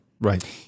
Right